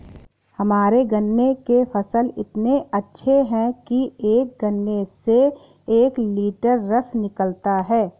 हमारे गन्ने के फसल इतने अच्छे हैं कि एक गन्ने से एक लिटर रस निकालता है